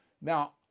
Now